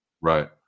Right